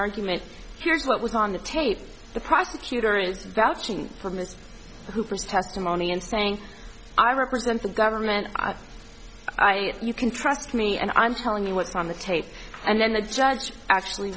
argument here's what was on the tape the prosecutor is vouching for miss who first testimony and saying i represent the government i you can trust me and i'm telling you what's on the tape and then the judge actually